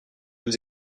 vous